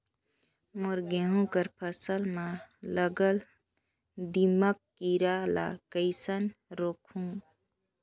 मोर गहूं कर फसल म लगल दीमक कीरा ला कइसन रोकहू?